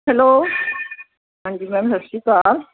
hello ਹਾਂਜੀ ma'am ਸਤਿ ਸ਼੍ਰੀ ਅਕਾਲ